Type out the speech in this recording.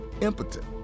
impotent